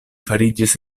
fariĝis